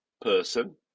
person